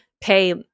pay